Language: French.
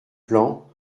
plan